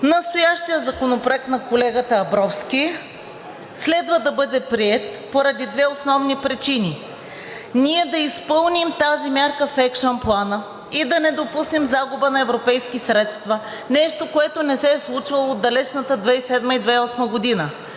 настоящият законопроект на колегата Абровски следва да бъде приет поради две основни причини: ние да изпълним тази мярка в екшън плана и да не допуснем загуба на европейски средства, нещо, което не се е случвало от далечната 2007 – 2008 г.